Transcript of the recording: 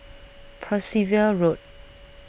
Percival Road